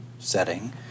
setting